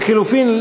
לחלופין,